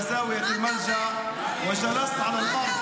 אחורה עד שהגעתי לפינה של המקלט, וישבתי על הרצפה.